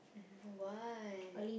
why